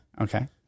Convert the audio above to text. Okay